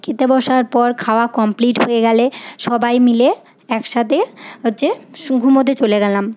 খেতে বসার পর খাওয়া কমপ্লিট হয়ে গেলে সবাই মিলে একসাথে হচ্ছে শু ঘুমোতে চলে গেলাম